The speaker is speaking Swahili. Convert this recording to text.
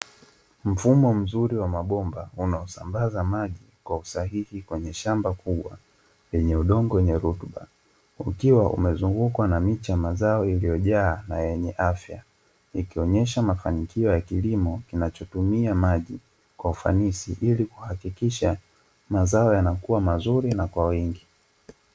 Mfumo mzuri wa mabomba unaosambaza maji kwa usahihi kwenye shamba kubwa lenye udongo wenye rutuba ukiwa umezungukwa na miche ya mazaoyaliyojaa na yenye afya ikionyesha mafanikio ya kilimo kinachotumia maji kwa ufanisi ili kuhakikisha mazao yanakuwa mazuri na kwa wingi.